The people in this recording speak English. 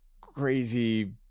crazy